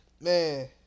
Man